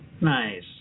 Nice